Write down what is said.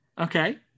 Okay